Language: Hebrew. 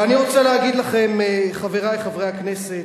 ואני רוצה להגיד לכם, חברי חברי הכנסת,